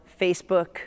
Facebook